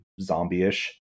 zombie-ish